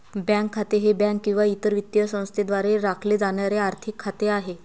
bank खाते हे bank किंवा इतर वित्तीय संस्थेद्वारे राखले जाणारे आर्थिक खाते आहे